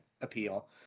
appeal